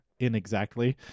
inexactly